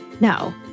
No